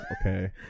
okay